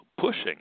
pushing